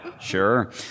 Sure